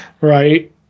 Right